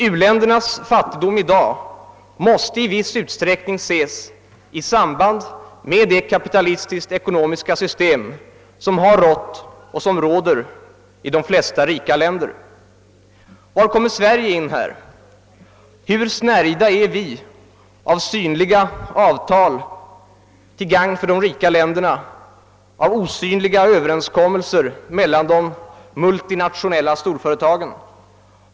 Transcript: U ländernas fattigdom i dag måste i viss utsträckning ses i samband med det kapitalistiska ekonomiska system som har rått och råder i de flesta rika länder. Var kommer Sverige in i detta sammanhang? Hur snärjda är vi av synliga avtal till gagn för de rika länderna, av osynliga överenskommelser mellan de multinationella storföretagen?